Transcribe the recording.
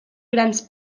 grans